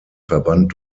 verband